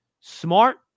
smart